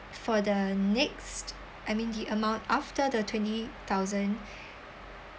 for the next I mean the amount after the twenty thousand